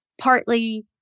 partly